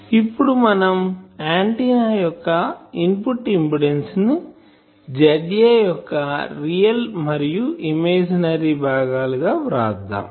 ఇప్పుడు మనం ఆంటిన్నా యొక్క ఇన్పుట్ ఇంపిడెన్సు ను ZA యొక్క రియల్ మరియు ఇమాజినరీ భాగాలు గా వ్రాద్దాం